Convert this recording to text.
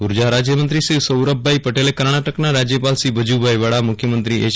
ઊર્જા રાજ્યમંત્રી શ્રી સૌરભભાઈ પટેલે કર્ણાટકના રાજ્યપાલ શ્રી વજુભાઈ વાળા મુખ્યમંત્રી એચ